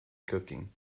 cooking